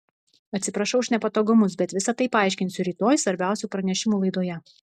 atsiprašau už nepatogumus bet visa tai paaiškinsiu rytoj svarbiausių pranešimų laidoje